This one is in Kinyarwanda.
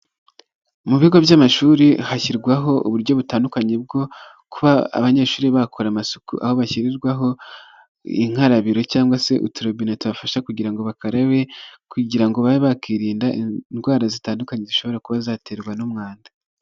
Mu bigo by'amashuri hashyirwaho uburyo butandukanye bwo kuba abanyeshuri bakora amasuku, aho hashyirirwaho inkarabiro cyangwa se uturobine tubafasha kugira ngo ba bakarebe, kugira ngo babe bakwirinda indwara zitandukanye, zishobora kuba zaterwa n'umwanda.